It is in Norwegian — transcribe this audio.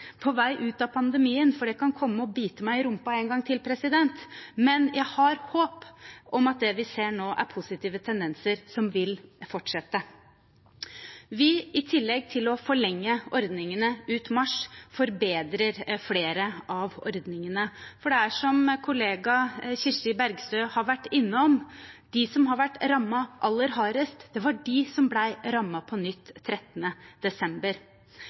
på vei ut av pandemien, for det kan komme og bite meg i rumpa en gang til, men jeg har håp om at det vi ser nå, er positive tendenser som vil fortsette. I tillegg til å forlenge ordningene ut mars, forbedrer vi flere av ordningene, for som kollega Kirsti Bergstø har vært innom, er det de som har vært rammet aller hardest, som ble rammet på nytt 13. desember.